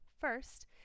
First